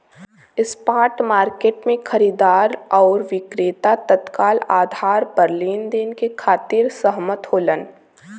spot market में खरीदार आउर विक्रेता तत्काल आधार पर लेनदेन के खातिर सहमत होलन